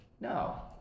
No